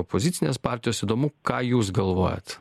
opozicinės partijos įdomu ką jūs galvojat